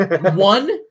One